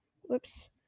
Whoops